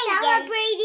celebrating